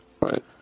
Right